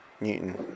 Newton